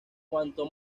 cuanto